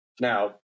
Now